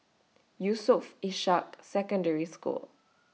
Yusof Ishak Secondary School